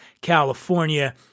California